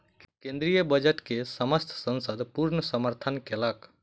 केंद्रीय बजट के समस्त संसद पूर्ण समर्थन केलक